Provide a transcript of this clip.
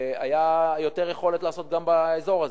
היתה יותר יכולת לעשות גם באזור הזה,